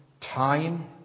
time